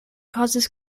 causes